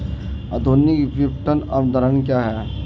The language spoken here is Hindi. आधुनिक विपणन अवधारणा क्या है?